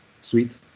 sweet